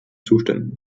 zuständen